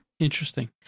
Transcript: Interesting